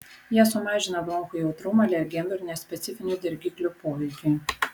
jie sumažina bronchų jautrumą alergenų ir nespecifinių dirgiklių poveikiui